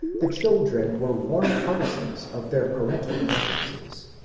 the children were warm partisans of their parental preferences,